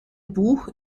buch